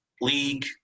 league